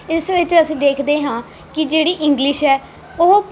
ਇਸ ਵਿੱਚ ਅਸੀਂ ਦੇਖਦੇ ਹਾਂ ਕਿ ਜਿਹੜੀ ਇੰਗਲਿਸ਼ ਹੈ ਉਹ